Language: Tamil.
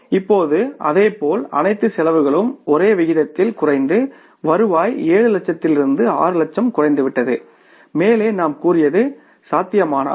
இப்போது அதே போல அனைத்து செலவுகளும் ஒரே விகிதத்தில் குறைந்து வருவாய் 7 லட்சத்திலிருந்து 6 லட்சமாக குறைந்துவிட்டது மேலே நாம் கூறியது சாத்தியமானால்